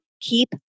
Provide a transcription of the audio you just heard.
keep